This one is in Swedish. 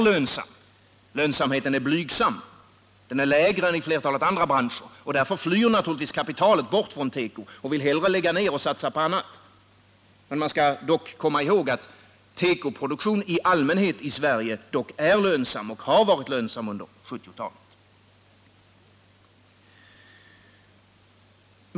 Lönsamheten är blygsam, den är lägre än i flertalet andra branscher. Därför flyr naturligtvis kapitalet bort från teko — vill hellre lägga ner och satsa på annat. Men man skall komma ihåg att tekoproduktion i allmänhet i Sverige dock är lönsam och har varit lönsam under 1970-talet.